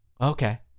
Okay